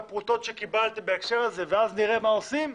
הפרוטות שקיבלתם לזה ואז תחליטו לראות מה עושים,